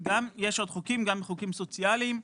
גם בחוקים סוציאליים.